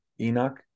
enoch